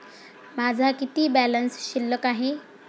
माझा किती बॅलन्स शिल्लक आहे?